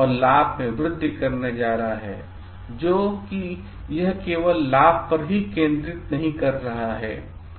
और लाभ में वृद्धि करने जा रहा है जो कि यह केवल लाभ पर ही ध्यान केंद्रित नहीं कर रहा है